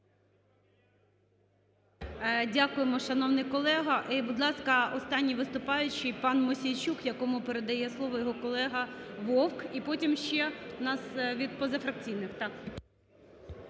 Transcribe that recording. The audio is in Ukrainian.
Дякуємо, шановний колего. І, будь ласка, останній виступаючий пан Мосійчук, якому передає слово його колега Вовк. І потім ще у нас від позафракційних,